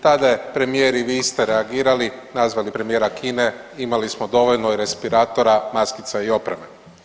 Tada je premijer i vi ste reagirali, nazvali premijera Kine, imali smo dovoljno i respiratora, maskica i opreme.